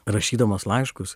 rašydamas laiškus